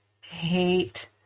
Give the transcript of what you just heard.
hate